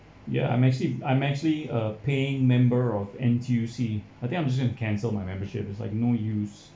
ya I'm actually I'm actually uh paying member of N_T_U_C I think I'm just going to cancel my membership is like no use